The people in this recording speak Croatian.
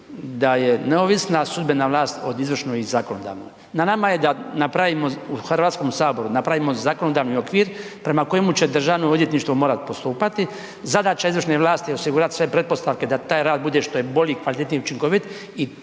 da je neovisna sudbena vlast od izvršne i zakonodavne, na nama je da napravimo u Hrvatskom saboru, napravimo zakonodavni okvir prema kojemu će Državno odvjetništvo morati postupati, zadaća izvršne vlasti je osigurati sve pretpostavke da taj rad bude što je bolji, kvalitetniji i učinkovit i